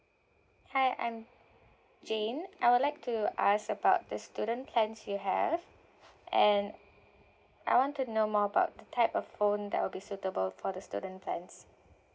hi I'm jane I would like to ask about the student plans you have and I want to know more about the type of phone that will be suitable for the student plans